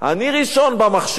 "אני ראשון במחשב",